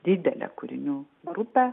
didelė kūrinių grupė